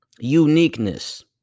uniqueness